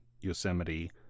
Yosemite